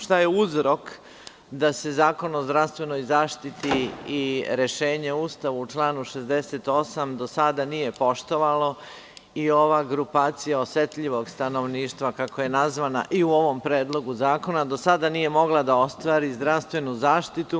Šta je uzrok da se Zakon o zdravstvenoj zaštiti i rešenje u Ustavu u članu 68. do sada nije poštovalo i ova grupacija osetljivog stanovništva do sada nije mogla da ostvari zdravstvenu zaštitu?